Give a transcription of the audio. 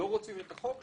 לא רוצים את החוק?